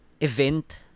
event